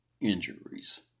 injuries